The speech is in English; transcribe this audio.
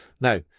now